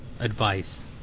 Advice